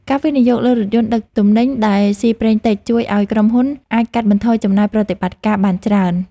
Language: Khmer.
ការវិនិយោគលើរថយន្តដឹកទំនិញដែលស៊ីប្រេងតិចជួយឱ្យក្រុមហ៊ុនអាចកាត់បន្ថយចំណាយប្រតិបត្តិការបានច្រើន។